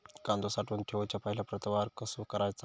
कांदो साठवून ठेवुच्या पहिला प्रतवार कसो करायचा?